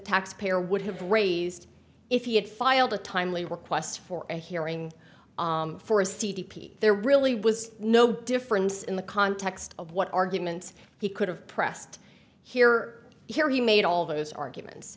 taxpayer would have raised if he had filed a timely request for a hearing for a c d p there really was no difference in the context of what arguments he could have pressed here here he made all those arguments